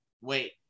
wait